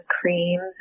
creams